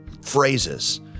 phrases